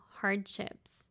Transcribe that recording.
hardships